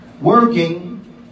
working